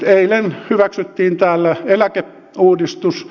eilen hyväksyttiin täällä eläkeuudistus